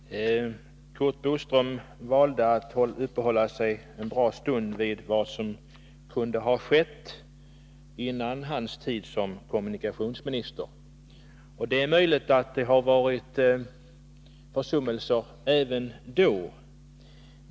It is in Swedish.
Herr talman! Curt Boström valde att uppehålla sig en bra stund vid vad som kunde ha skett före hans tid som kommunikationsminister. Det är möjligt att det förekommit försummelser även då.